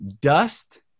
dust